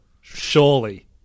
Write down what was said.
Surely